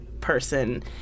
person